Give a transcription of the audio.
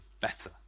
better